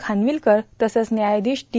खानविलकर तसंच व्यायाधीश डी